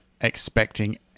expecting